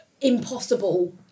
impossible